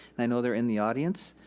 i know they're in the audience,